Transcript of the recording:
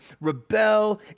rebel